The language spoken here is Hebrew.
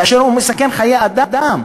כאשר הוא מסכן חיי אדם,